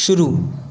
शुरू